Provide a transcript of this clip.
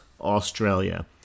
Australia